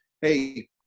hey